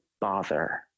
bother